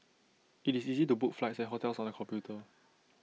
IT is easy to book flights and hotels on the computer